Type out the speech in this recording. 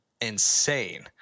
insane